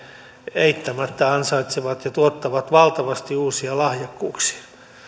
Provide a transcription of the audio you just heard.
eittämättä ansaitsevat ja tuottavat valtavasti uusia lahjakkuuksia